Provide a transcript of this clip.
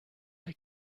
der